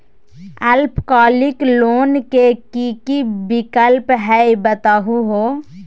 अल्पकालिक लोन के कि कि विक्लप हई बताहु हो?